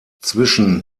zwischen